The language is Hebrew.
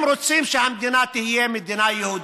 הם רוצים שהמדינה תהיה מדינה יהודית,